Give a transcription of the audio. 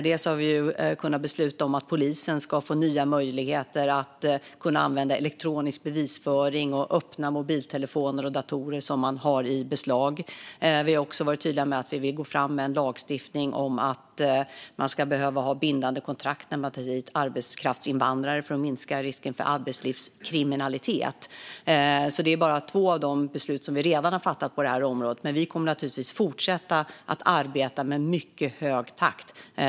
Vi har kunnat besluta om att polisen ska få nya möjligheter att använda elektronisk bevisföring och öppna mobiltelefoner och datorer som man har i beslag. Vi har också varit tydliga med att vi vill gå fram med lagstiftning om att man ska behöva ha bindande kontrakt när man tar hit arbetskraftsinvandrare för att minska risken för arbetslivskriminalitet. Det är bara två av de beslut som vi redan fattat på det här området. Vi kommer naturligtvis att fortsätta arbeta i mycket hög takt.